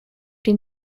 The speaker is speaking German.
den